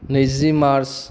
नैजि मार्स